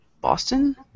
Boston